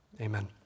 Amen